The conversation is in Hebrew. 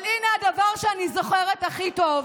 אבל הינה הדבר שאני זוכרת הכי טוב: